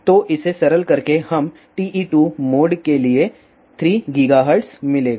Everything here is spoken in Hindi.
तो इसे सरल करके हमें TE2 मोड के लिए 3 GHz मिलेगा